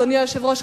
אדוני היושב-ראש,